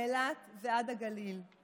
מאילת ועד הגליל.